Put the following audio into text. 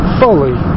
fully